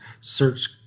search